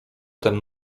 tem